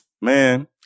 Man